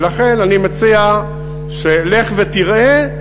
ולכן אני מציע שתלך ותראה,